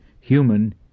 human